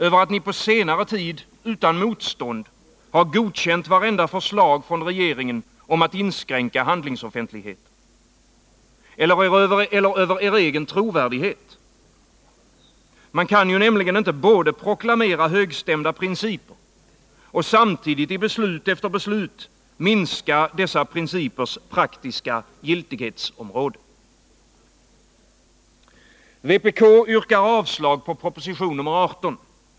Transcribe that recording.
Över att ni på senare tid utan motstånd har godkänt vartenda förslag från regeringen om att inskränka handlingsoffentligheten? Eller över er egen trovärdighet? Man kan ju nämligen inte både proklamera högstämda principer och samtidigt i beslut efter beslut minska dessa principers praktiska giltighetsområde. Vpk yrkar avslag på proposition nr 18.